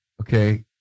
okay